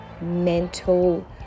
mental